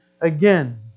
again